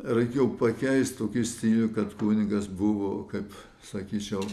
reikėjo pakeisti tokį stilių kad kunigas buvo kaip sakyčiau